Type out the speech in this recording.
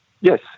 Yes